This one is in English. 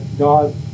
God